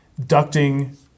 ducting